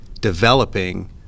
developing